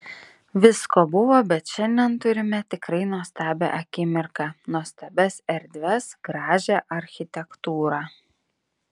visko buvo bet šiandien turime tikrai nuostabią akimirką nuostabias erdves gražią architektūrą